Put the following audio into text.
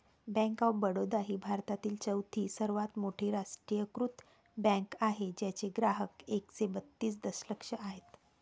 bank of Baroda ही भारतातील चौथी सर्वात मोठी राष्ट्रीयीकृत बँक आहे ज्याचे ग्राहक एकशे बत्तीस दशलक्ष आहेत